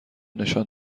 نشان